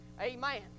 amen